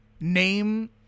name